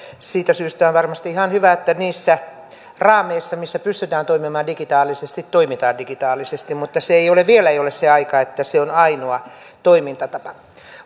siitä syystä on varmasti ihan hyvä että niissä raameissa missä pystytään toimimaan digitaalisesti toimitaan digitaalisesti mutta vielä ei ole se aika että se on ainoa toimintatapa